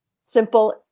simple